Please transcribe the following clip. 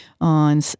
on